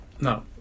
No